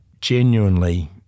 genuinely